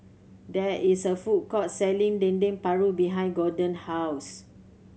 there is a food court selling Dendeng Paru behind Gorden house